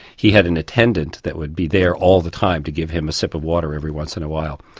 he had an attendant that would be there all the time to give him a sip of water every once in a while.